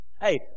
hey